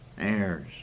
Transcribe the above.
heirs